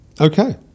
okay